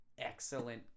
excellent